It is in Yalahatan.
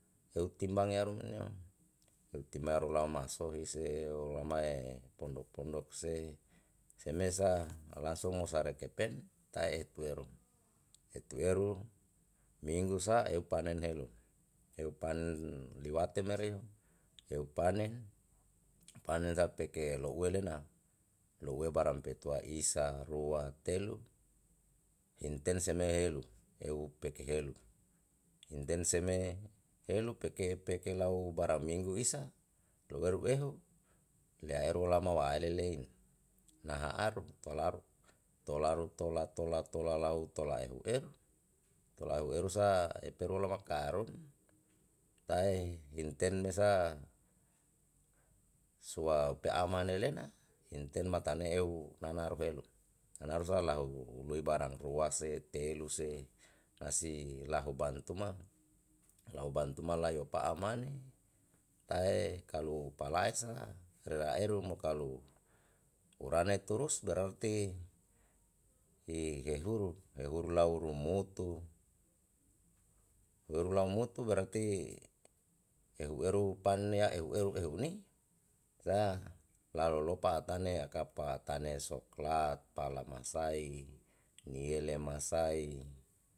timbang yaru neo eu timbang ru lau masohi se olama pondok pondok se semesa langsung musaru kepen tae epu eru etu eru minggu sa eu panen helu eu panen liwate mereo eu panen panen sa peke lo ue lena lo ue barang petua isa rua telu himten seme helu eu peke helu himten seme helu peke peke lau barang minggu isa lou eru ehu lea eru lama wa'a ele lein naha aru tolaru tolaru tola tola tola lau tola ehu eru tola ehu eru sa eperu lama karung tae himten mesa sua upe amane lena himten matane eu nanaru helu nanaru sa lahu lui barang rua se telu se nasi lahu bantu ma lahu bantu ma la yo pa'a mane tae kalu pala esa ra eru mo kalu urane turus berati hehuru hehuru lau rumutu weru lau mutu betrati ehu eru pan ya ehu eru ehu ni la lalolo pa'a tane yaka pa'a tane soklat pala masai niele masai.